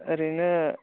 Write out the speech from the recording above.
ओरैनो